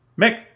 Mick